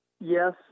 Yes